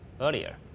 earlier